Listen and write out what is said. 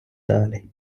далі